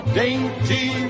dainty